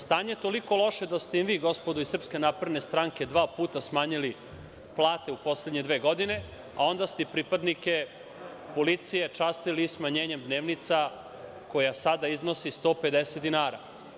Stanje je toliko loše da ste im vi, gospodo iz SNS, dva puta smanjili plate u poslednje dve godine, a onda ste pripadnike policije častili sa smanjenjem dnevnica, koja sada iznosi 150 dinara.